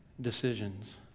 decisions